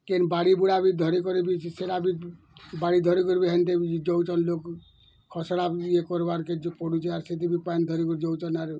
କେନ୍ ବାଡ଼ି ଗୁଡ଼ା ବି ଧରି ସେଡ଼ାବି ବାଡ଼ି ଧରିକରି ସେନ୍ତା ବି ଯାଉଛନ୍ ଲୋକ ଖସଡ଼ା ଇଏ କରବାକେ ପଡ଼ୁଛି ଆରୁ ସେଥି ବି ପାନି ଧରିକରି ଦେଉଛେ ଆରୁ